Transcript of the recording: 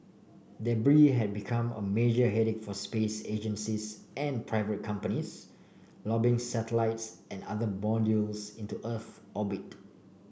debris had become a major headache for space agencies and private companies lobbing satellites and other modules into Earth orbit